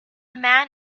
man